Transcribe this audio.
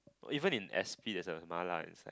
even in S_P there's a mala inside